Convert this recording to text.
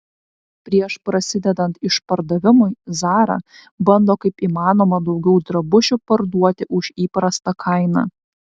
prieš prasidedant išpardavimui zara bando kaip įmanoma daugiau drabužių parduoti už įprastą kainą